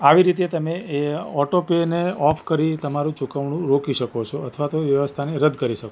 આવી રીતે તમે એ ઑટો પેને ઓફ કરી તમારું ચુકવણી રોકી શકો છો અથવા તો એ વ્યવસ્થાને રદ કરી શકો છો